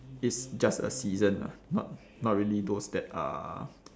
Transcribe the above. it's just a season ah not not really those that are